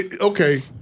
okay